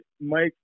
Mike